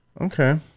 Okay